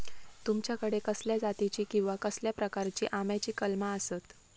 तुमच्याकडे कसल्या जातीची किवा कसल्या प्रकाराची आम्याची कलमा आसत?